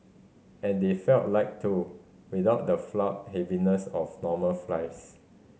and they felt light too without the floury heaviness of normal fries